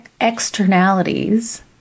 externalities